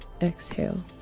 exhale